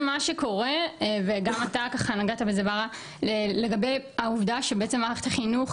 מה שקורה וגם אתה ככה נגעת בזה לגבי העובדה שבעצם מערכת החינוך,